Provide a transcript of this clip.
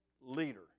leader